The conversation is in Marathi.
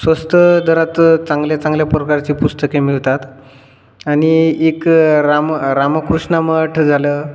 स्वस्त दरात चांगल्या चांगल्या प्रकारचे पुस्तके मिळतात आणि एक राम रामकृष्ण मठ झालं